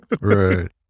Right